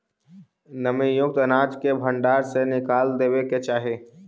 नमीयुक्त अनाज के भण्डार से निकाल देवे के चाहि